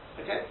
Okay